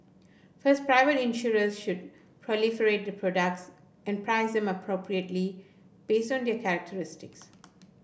first private insurers should proliferate their products and price them appropriately based on their characteristics